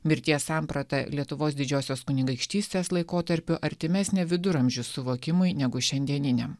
mirties samprata lietuvos didžiosios kunigaikštystės laikotarpiu artimesnė viduramžių suvokimui negu šiandieniniam